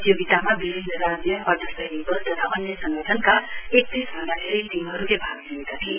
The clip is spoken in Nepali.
प्रतियोगितामा विभिन्न राज्य अर्ध सैनिक वल तथा अन्य संगठनका एकतीस भन्दा धेरै टीमहरुले भाग लिएका थिए